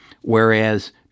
whereas